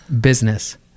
Business